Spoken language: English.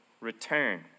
return